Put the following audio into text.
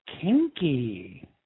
Kinky